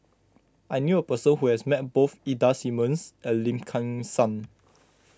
I knew a person who has met both Ida Simmons and Lim Kim San